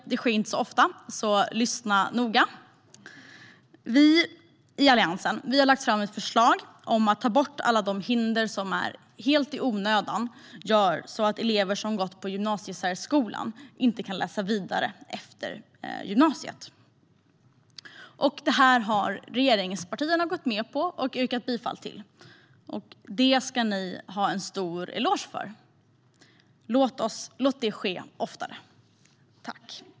Det sker inte så ofta, så lyssna noga! Vi i Alliansen har lagt fram ett förslag om att ta bort alla de hinder som helt i onödan gör att elever som gått i gymnasiesärskolan inte kan läsa vidare efter gymnasiet. Detta har regeringspartierna gått med på och yrkat bifall till. Det ska ni ha en stor eloge för - låt det ske oftare!